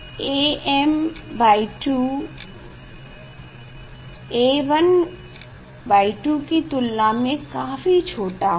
Am2 A12 की तुलना में काफी छोटा होगा